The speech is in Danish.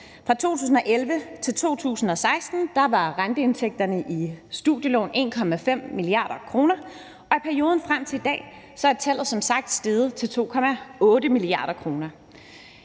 Fra 2011 til 2016 var renteindtægterne på studielån 1,5 mia. kr., og i perioden frem til i dag er tallet som sagt steget til 2,8 mia. kr.